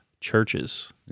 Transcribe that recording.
churches